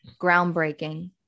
groundbreaking